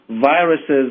viruses